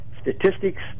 statistics